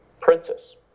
princess